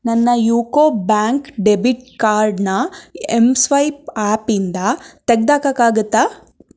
ನನ್ನ UCO bank debit ಕಾರ್ಡನ್ನ M swipe ಆ್ಯಪಿಂದ ತೆಗ್ದು ಹಾಕೋಕ್ಕಾಗತ್ತಾ